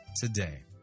today